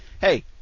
hey